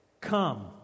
Come